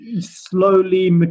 slowly